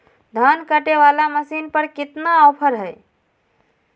धान कटे बाला मसीन पर कितना ऑफर हाय?